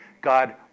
God